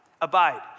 abide